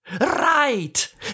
Right